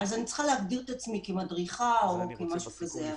אני צריכה להגדיר את עצמי כמדריכה או משהו כזה.